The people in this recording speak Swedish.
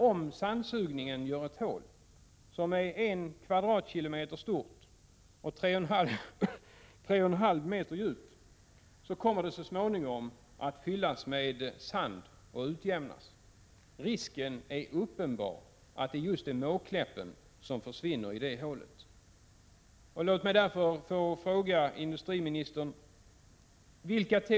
Om sandsugningen åstadkommer ett hål som är en kvadratkilometer stort och tre och en halv meter djupt, kommer det nämligen så småningom att fyllas med sand och utjämnas. Risken är uppenbar att Måkläppen försvinner i det hålet.